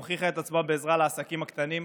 הוכיחה את עצמה בעזרה לעסקים הקטנים,